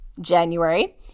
January